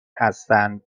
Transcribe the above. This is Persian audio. هستند